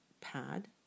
pad